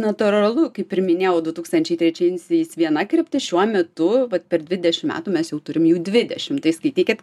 natūralu kaip ir minėjau du tūkstančiai trečinsiais viena kryptis šiuo metu vat per dvidešimt metų mes jau turim jų dvidešimt tai skaitykit